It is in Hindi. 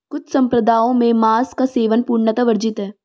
कुछ सम्प्रदायों में मांस का सेवन पूर्णतः वर्जित है